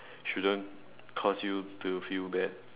shouldn't cause you to feel bad